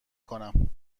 کنم